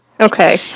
Okay